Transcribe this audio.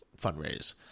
fundraise